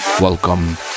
Welcome